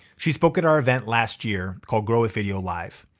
she spoke at our event last year called grow with video live.